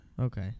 Okay